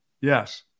Yes